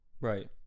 Right